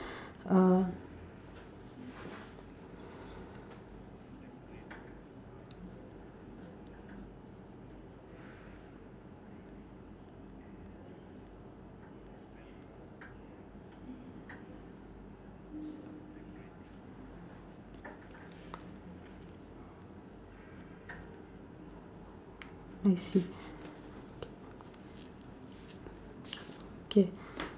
I see K